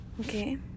Okay